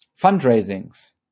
Fundraisings